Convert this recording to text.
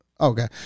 Okay